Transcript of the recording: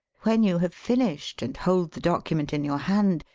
when you have finished and hold the document in your hand,